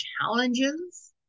challenges